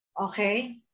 Okay